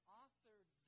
authored